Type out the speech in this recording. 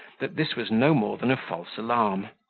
that this was no more than a false alarm.